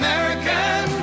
American